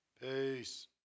Peace